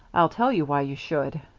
i'll tell you why you should.